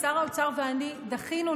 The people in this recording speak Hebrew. שר האוצר ואני דחינו,